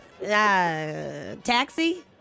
Taxi